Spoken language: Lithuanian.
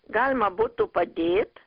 galima būtų padėt